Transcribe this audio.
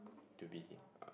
to be uh